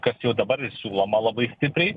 kas jau dabar ir siūloma labai stipriai